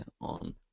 on